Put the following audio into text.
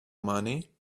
money